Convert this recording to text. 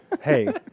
Hey